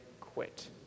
quit